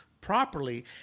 properly